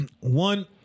one